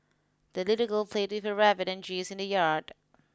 the little girl played with her rabbit and geese in the yard